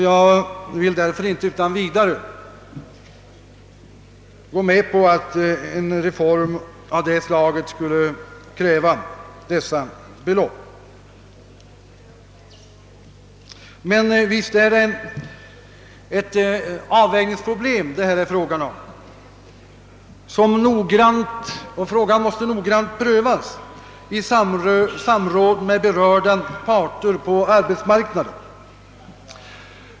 Jag vill därför inte utan vidare gå med på att en reform av detta slag skulle kräva det av herr Bengtsson angivna beloppet. Jag håller dock med om att det rör sig om ett avvägningsproblem. Frågan måste noggrant prövas i samråd med berörda parter på arbetsmarknaden.